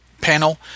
panel